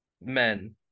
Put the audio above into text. men